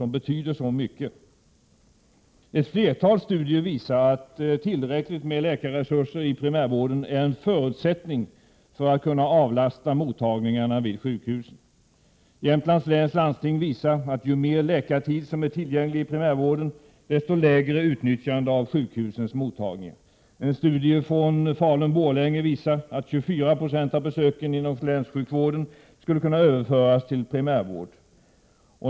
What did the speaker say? Om vi hade egen Er majoritet, skulle vi driva en annan politik än den som drivs här i riksdagen Ett flertal studier visar att tillräckligt med läkarresurser i primärvården är — Prot. 1987/88:96 en förutsättning för att mottagningarna vid sjukhusen skall kunna avlastas. — 8 april 1988 Jämtlands läns landsting visar, att ju mer läkartid som är tillgänglig i primärvården, desto lägre utnyttjande av sjukhusens mottagningar. En studie från Falun-Borlänge visar att 24 90 av besöken inom länssjukvården skulle kunna överföras till primärvård.